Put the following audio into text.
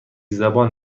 زبان